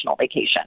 vacation